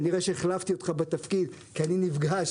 וכנראה שהחלפתי אותך בתפקיד כי אני נפגש